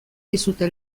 dizute